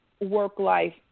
work-life